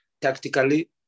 tactically